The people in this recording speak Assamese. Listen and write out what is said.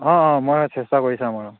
অঁ অঁ মই চেষ্টা কৰি চাম আৰু